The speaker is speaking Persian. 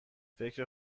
فکر